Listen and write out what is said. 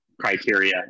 criteria